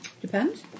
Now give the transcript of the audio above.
Depends